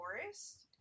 forest